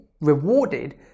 rewarded